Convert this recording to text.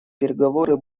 переговоры